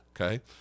Okay